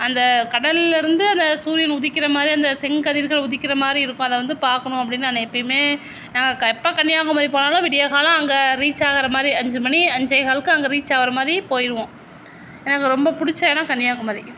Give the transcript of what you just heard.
அந்த கடலில் இருந்து அந்த சூரியன் உதிக்கிற மாதிரி அந்த செங்கதிர்கள் உதிக்கிற மாதிரி இருக்கும் அதை வந்து பார்க்ணும் அப்படீன்னு நான் எப்போவுமே நான் எப்போ கன்னியாகுமரி போனாலும் விடிய காலை அங்கே ரீச் ஆகிற மாதிரி அஞ்சு மணி அஞ்சேகாளுக்கு அங்கே ரீச் ஆவுறமாதிரி போயிவிடுவோம் எனக்கு ரொம்ப பிடிச்ச இடோம் கன்னியாகுமரி